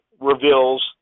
reveals